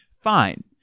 Fine